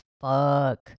fuck